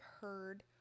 heard